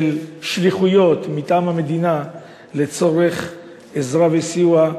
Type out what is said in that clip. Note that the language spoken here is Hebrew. שליחויות מטעם המדינה לצורך עזרה וסיוע,